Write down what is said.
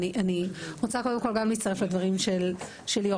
אבל אני רוצה קודם כל גם להצטרף לדברים של ליאור.